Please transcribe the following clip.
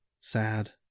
Sad